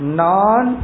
non